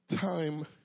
Time